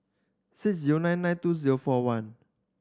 six zero nine nine two zero four one